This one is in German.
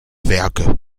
werke